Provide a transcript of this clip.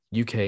UK